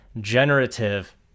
generative